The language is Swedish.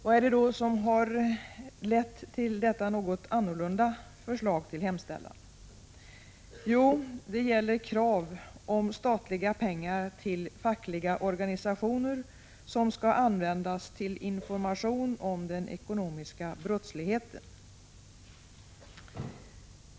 Vad är det då som har lett till detta något annorlunda förslag till hemställan? Jo, det gäller krav på statliga pengar till fackliga organisationer, varvid pengarna skall användas till information om den ekonomiska brottsligheten.